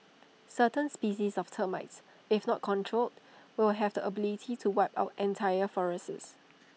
certain species of termites if not controlled will have the ability to wipe out entire forests